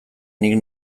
nik